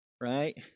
Right